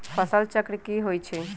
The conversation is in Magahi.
फसल चक्र की होइ छई?